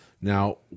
Now